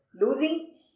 Losing